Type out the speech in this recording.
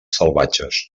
salvatges